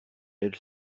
elle